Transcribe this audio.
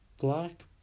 black